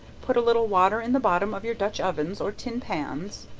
put a little water in the bottom of your dutch-ovens or tin pans,